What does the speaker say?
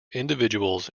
individuals